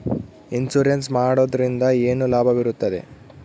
Insurance ಮಾಡೋದ್ರಿಂದ ಏನು ಲಾಭವಿರುತ್ತದೆ?